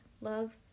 love